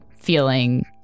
feeling